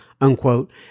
unquote